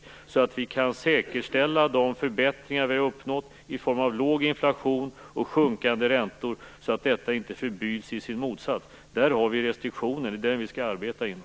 På så sätt kan vi säkerställa de förbättringar vi har uppnått i form av låg inflation och sjunkande räntor så att dessa inte förbyts i sin motsats. Där har vi restriktionen, och det är den vi skall arbeta inom.